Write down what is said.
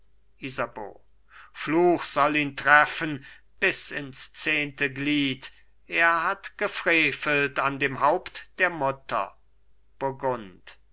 isabeau fluch soll ihn treffen bis ins zehnte glied er hat gefrevelt an dem haupt der mutter burgund